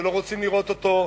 שלא רוצים לראות אותו,